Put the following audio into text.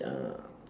uh